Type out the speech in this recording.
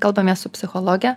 kalbamės su psichologe